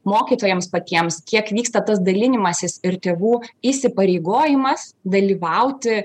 mokytojams patiems kiek vyksta tas dalinimasis ir tėvų įsipareigojimas dalyvauti